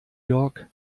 york